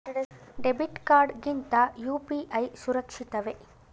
Debit card ಗಿಂತ UPI ಸುರಕ್ಷಿತವೇ?